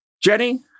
Jenny